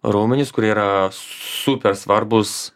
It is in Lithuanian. raumenis kurie yra super svarbūs